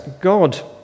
God